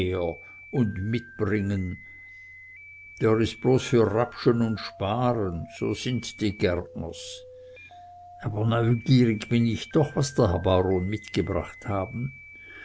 un mitbringen dörr is bloß für rapschen und sparen so sind die gärtners aber neugierig bin ich doch was der herr baron mitgebracht haben